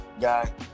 guy